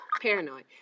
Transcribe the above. Paranoid